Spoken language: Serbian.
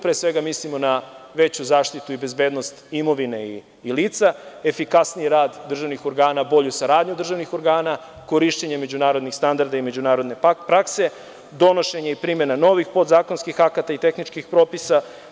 Pre svega, tu mislimo na veću zaštitu i bezbednost imovine i lica, efikasniji rad državnih organa, bolju saradnju državnih organa, korišćenje međunarodnih standarda i međunarodne prakse, donošenje i primenu novih podzakonskih akata i tehničkih propisa.